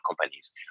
companies